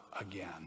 again